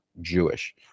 Jewish